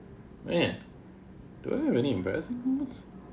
eh do I have any embarrassing moments